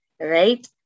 right